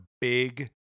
big